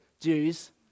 Jews